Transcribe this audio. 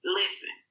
listen